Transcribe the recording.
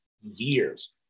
years